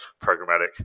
programmatic